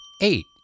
Eight